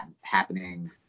happening